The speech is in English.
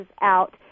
out